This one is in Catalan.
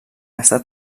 està